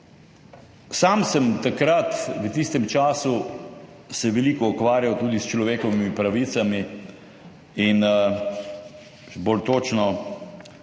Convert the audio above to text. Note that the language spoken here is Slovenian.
sem se takrat, v tistem času veliko ukvarjal tudi s človekovimi pravicami, bolj točno